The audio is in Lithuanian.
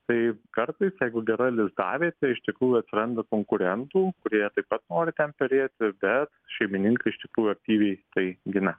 tai kartais jeigu gera lizdavietė iš tikrųjų atranda konkurentų kurie taip pat nori ten perėti bet šeimininkai iš tikrųjų aktyviai tai gina